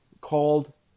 called